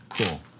cool